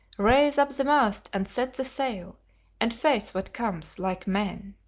raise up the mast and set the sail and face what comes like men.